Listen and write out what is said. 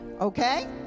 okay